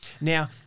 Now